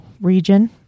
region